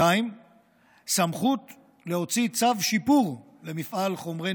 2. סמכות להוציא צו שיפור למפעל חומרי